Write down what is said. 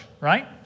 right